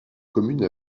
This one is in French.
commune